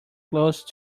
close